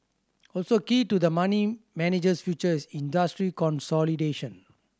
also key to the money manager's future is industry consolidation